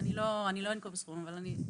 אני לא אנקוב בסכומים.